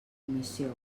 comissió